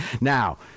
Now